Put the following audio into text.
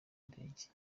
ndege